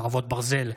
חרבות ברזל)